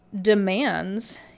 demands